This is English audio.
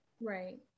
Right